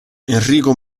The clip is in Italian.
enrico